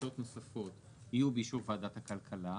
דרישות נוספות יהיו באישור ועדת הכלכלה,